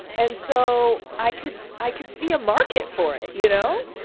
and so i could i could see a market for it, you know?